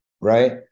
Right